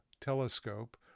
telescope